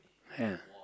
ya